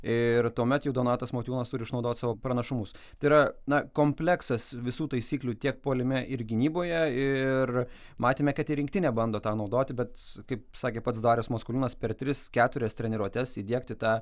ir tuomet jau donatas motiejūnas turi išnaudot savo pranašumus tai yra na kompleksas visų taisyklių tiek puolime ir gynyboje ir matėme kad ir rinktinė bando tą naudoti bet kaip sakė pats darius maskoliūnas per tris keturias treniruotes įdiegti tą